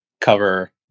cover